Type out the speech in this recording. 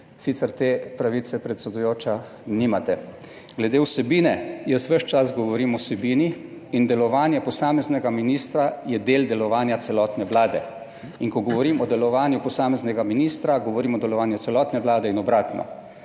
sicer te pravice, predsedujoča, nimate. Glede vsebine. Jaz ves čas govorim o vsebini in delovanje posameznega ministra je del delovanja celotne Vlade. In ko govorim o delovanju posameznega ministra, govorim o delovanju celotne Vlade in obratno.